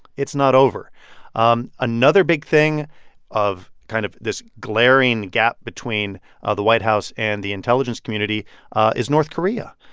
it's not over um another big thing of kind of this glaring gap between ah the white house and the intelligence community is north korea.